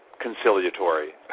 conciliatory